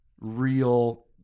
real